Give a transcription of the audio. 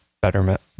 betterment